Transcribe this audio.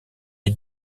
est